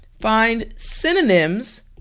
find synonyms